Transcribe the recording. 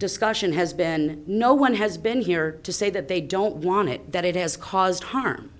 discussion has been no one has been here to say that they don't want it that it has caused harm